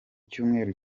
cyumweru